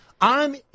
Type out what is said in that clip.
I'm-